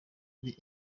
ari